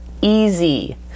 easy